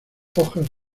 hojas